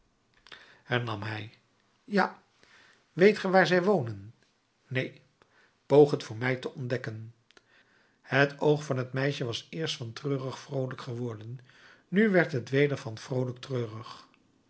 hernam hij ja weet ge waar zij wonen neen poog het voor mij te ontdekken het oog van het meisje was eerst van treurig vroolijk geworden nu werd het weder van vroolijk treurig